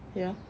ya